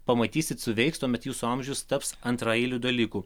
pamatysit suveiks tuomet jūsų amžius taps antraeiliu dalyku